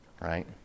right